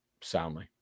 soundly